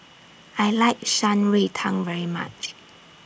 I like Shan Rui Tang very much